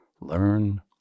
Learn